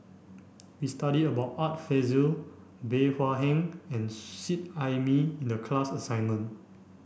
we studied about Art Fazil Bey Hua Heng and Seet Ai Mee in the class assignment